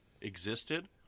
existed